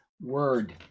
word